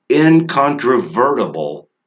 incontrovertible